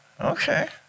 Okay